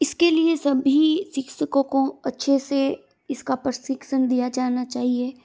इसके लिए सभी शिक्षकों को अच्छे से इसका प्रशिक्षण दिया जाना चाहिए